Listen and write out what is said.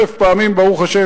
אלף פעמים ברוך השם,